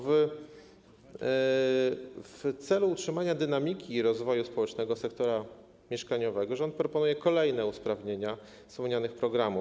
W celu utrzymania dynamiki rozwoju społecznego sektora mieszkaniowego rząd proponuje kolejne usprawnienia wspomnianych programów.